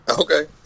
Okay